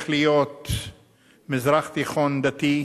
הולכת להיות מזרח תיכון דתי,